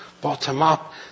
bottom-up